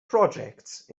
projects